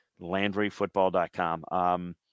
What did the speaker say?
LandryFootball.com